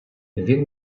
він